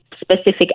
specific